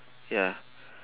ya